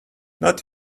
not